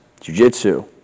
jujitsu